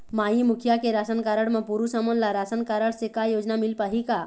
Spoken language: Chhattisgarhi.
माई मुखिया के राशन कारड म पुरुष हमन ला रासनकारड से का योजना मिल पाही का?